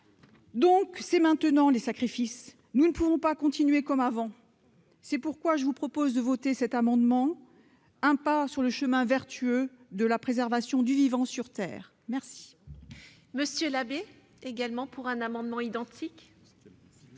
C'est maintenant, les sacrifices ! Nous ne pouvons pas continuer comme avant. C'est pourquoi je vous propose, mes chers collègues, de voter cet amendement, un pas sur le chemin vertueux de la préservation du vivant sur Terre. La